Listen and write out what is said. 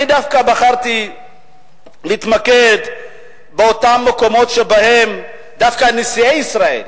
אני דווקא בחרתי להתמקד באותם מקומות שבהם דווקא נשיאי ישראל,